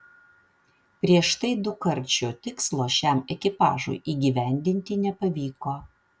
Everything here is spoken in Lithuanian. prieš tai dukart šio tikslo šiam ekipažui įgyvendinti nepavyko